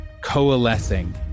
coalescing